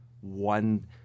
one